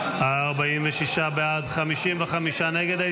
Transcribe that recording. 46 בעד, 55 נגד.